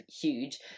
huge